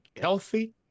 healthy